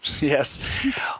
Yes